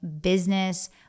business